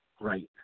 right